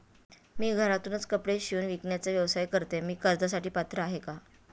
मी घरातूनच कपडे शिवून विकण्याचा व्यवसाय करते, मी कर्जासाठी पात्र आहे का?